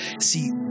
See